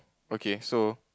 okay so